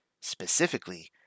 Specifically